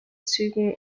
zügen